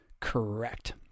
Correct